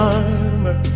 armor